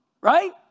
Right